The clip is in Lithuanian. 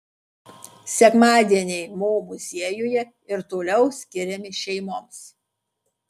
sekmadieniai mo muziejuje ir toliau skiriami šeimoms